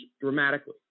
dramatically